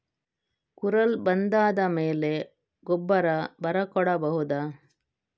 ಕುರಲ್ ಬಂದಾದ ಮೇಲೆ ಗೊಬ್ಬರ ಬರ ಕೊಡಬಹುದ?